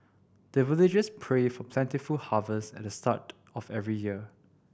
the villagers pray for plentiful harvest at the start of every year